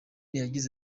yagize